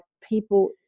people